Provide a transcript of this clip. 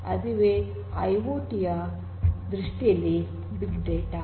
ಇದುವೇ ಐಓಟಿ ಯ ದೃಷ್ಟಿಯಲ್ಲಿ ಬಿಗ್ ಡೇಟಾ